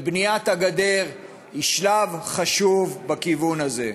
ובניית הגדר היא שלב חשוב בכיוון הזה.